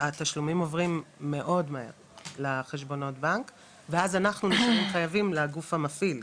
התשלומים עוברים מאוד מהר לחשבונות בנק ואז אנחנו מתחייבים לגוף המפעיל,